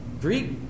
Greek